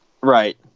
Right